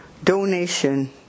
Donation